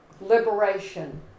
Liberation